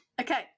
Okay